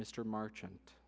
mr marchant